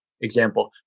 example